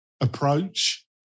approach